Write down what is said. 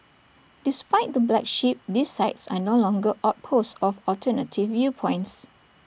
despite the black sheep these sites are no longer outposts of alternative viewpoints